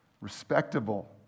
respectable